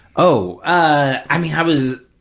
oh, i mean, i was,